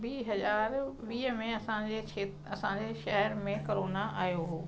ॿीं हज़ार वीह में असांजे क्षे असांजे शहर में करोना आयो हो